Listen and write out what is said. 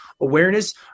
awareness